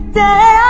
day